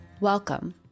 Welcome